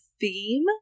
theme